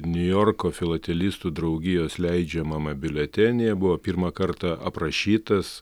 niujorko filatelistų draugijos leidžiamame biuletenyje buvo pirmą kartą aprašytas